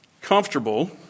comfortable